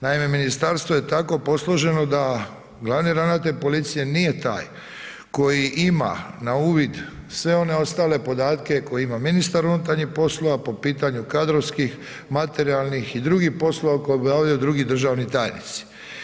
Naime, ministarstvo je tako posloženo da glavni ravnatelj policije nije taj koji ima na uvid sve one ostale podatke koje ima ministar unutarnjih poslova po pitanju kadrovski, materijalnih i drugih poslova koje obavljaju drugi državni tajnici.